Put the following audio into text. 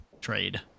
trade